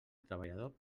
treballador